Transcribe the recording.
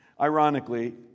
ironically